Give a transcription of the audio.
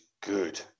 good